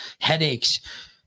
headaches